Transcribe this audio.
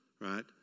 Right